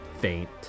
faint